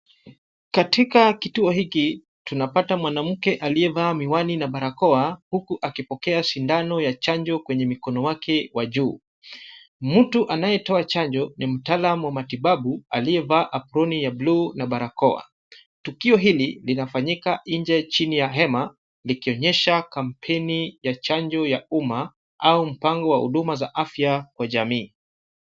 Katika kituo hiki, tunapata mwanamke aliyevaa miwani na barakoa huku akipokea sindano ya chanjo kwenye mikono wake wa juu. Mtu anayetoa chanjo ni mtaalamu wa matibabu aliyevaa (cs) aproni ya blue(cs) na barakoa. Tukio hili linafanyika nje chini ya hema, likionyesha kampeini ya chanjo ya uma au mpango wa huduma za afya kwa jamii.